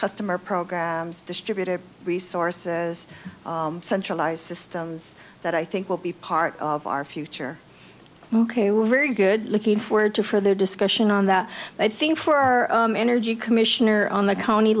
customer programs distributed resource centralized systems that i think will be part of our future ok we're very good looking forward to further discussion on that i think for our energy commissioner on the county